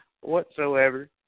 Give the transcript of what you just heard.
Whatsoever